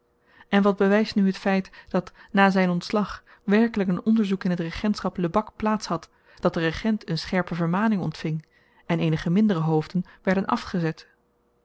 en wat bewijst nu het feit dat na zijn ontslag werkelijk een onderzoek in het regentschap lebak plaats had dat de regent eene scherpe vermaning ontving en eenige mindere hoofden werden afgezet